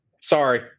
Sorry